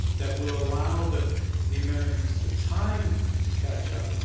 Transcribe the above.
that will allow the the americans the time to catch up,